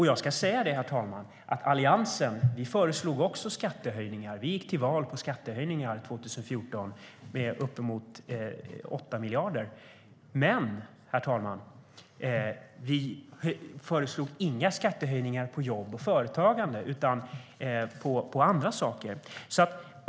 Visserligen har även Alliansen föreslagit skattehöjningar. Vi gick till val 2014 på skattehöjningar med uppemot 8 miljarder. Men, herr talman, vi föreslog inga skattehöjningar på jobb och företagande, utan på andra saker.